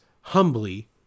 humbly